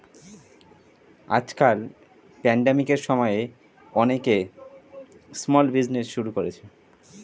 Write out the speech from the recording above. আজকাল প্যান্ডেমিকের সময়ে অনেকে স্মল বিজনেজ শুরু করেছে